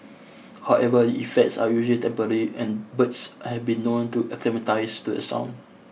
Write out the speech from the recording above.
however the effects are usually temporary and birds have been known to acclimatise to a sound